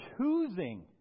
choosing